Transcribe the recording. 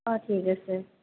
অঁ ঠিক আছে